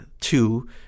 two